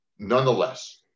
Nonetheless